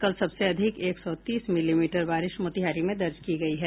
कल सबसे अधिक एक सौ तीस मिलीमीटर बारिश मोतिहारी में दर्ज की गयी है